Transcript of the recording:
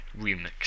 remix